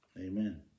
Amen